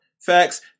facts